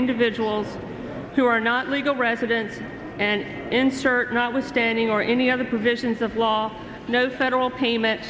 individuals who are not legal residents and insert not withstanding or any other provisions of law no several payment